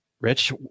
Rich